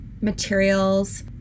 materials